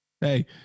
Hey